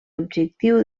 objectiu